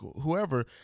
whoever